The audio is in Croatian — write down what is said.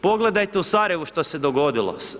Pogledajte u Sarajevu što se dogodilo.